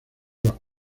los